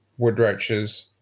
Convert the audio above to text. woodroaches